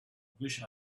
wish